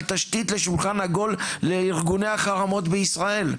תשתית לשולחן עגול לארגוני החרמות בישראל?